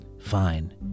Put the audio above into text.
Fine